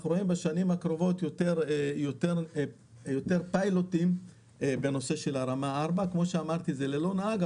רואים בשנים הקרובות יותר פיילוטים ברמה 4. זה אמנם ללא נהג,